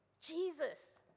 Jesus